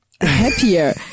happier